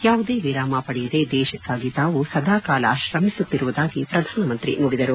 ಯಾವುದೇ ವಿರಾಮ ಪಡೆಯದೆ ದೇಶಕ್ಕಾಗಿ ತಾವು ಸದಾ ಕಾಲ ಶ್ರಮಿಸುತ್ತಿರುವುದಾಗಿ ಪ್ರಧಾನಮಂತ್ರಿ ನುಡಿದರು